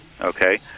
okay